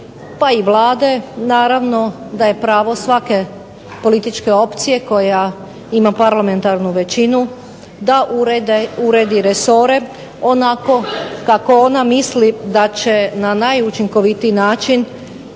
pa i Vlade naravno, da je pravo svake političke opcije koja ima parlamentarnu većinu da uredi resore onako kako ona misli da će na najučinkovitiji način